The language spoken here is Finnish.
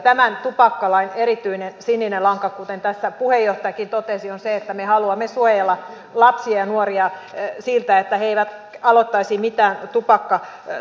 tämän tupakkalain erityinen sininen lanka kuten tässä puheenjohtajakin totesi on se että me haluamme suojella lapsia ja nuoria siltä että he aloittaisivat mitään tupakkatuotteen käyttöä